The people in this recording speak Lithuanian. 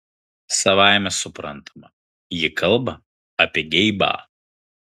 savaime suprantama ji kalba apie geibą